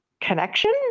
connection